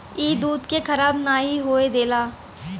ई दूध के खराब नाही होए देला